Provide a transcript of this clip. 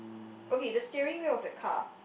okay the steering wheel of the car